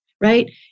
right